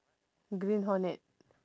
green hornet